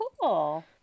cool